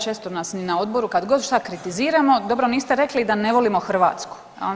Često nas ni na odboru kad god šta kritiziramo, dobro niste rekli da ne volimo Hrvatsku.